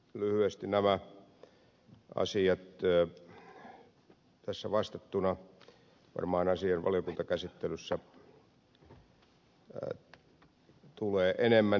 lyhyesti nämä asiat tässä vastattuina varmaan asian valiokuntakäsittelyssä tulee enemmän